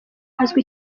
azwi